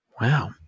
Wow